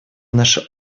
наша